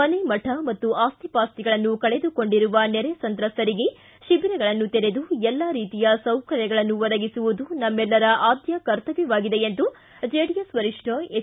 ಮನೆ ಮಠ ಮತ್ತು ಆಸ್ತಿ ಪಾಸ್ತಿಗಳನ್ನು ಕಳೆದುಕೊಂಡಿರುವ ನೆರೆ ಸಂತ್ರಸ್ತರಿಗೆ ಶಿಬಿರಗಳನ್ನು ತೆರೆದು ಎಲ್ಲಾ ರೀತಿಯ ಸೌಕರ್ಯಗಳನ್ನು ಒದಗಿಸುವುದು ನಮ್ನೆಲ್ಲರ ಆದ್ಯ ಕರ್ತವ್ಯವಾಗಿದೆ ಎಂದು ಜೆಡಿಎಸ್ ವರಿಷ್ಟ ಎಚ್